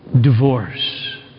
divorce